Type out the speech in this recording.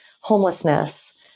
homelessness